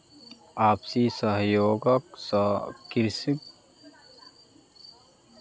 आपसी सहयोग सॅ कृषक एकटा कृषि सहयोगी संस्थानक निर्माण कयलक